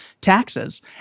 taxes